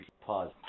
Pause